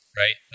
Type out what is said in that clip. right